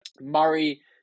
Murray